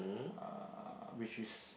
uh which is